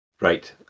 Right